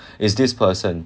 it's this person